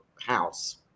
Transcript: house